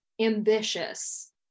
ambitious